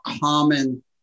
common